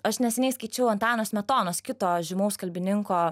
aš neseniai skaičiau antano smetonos kito žymaus kalbininko